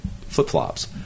flip-flops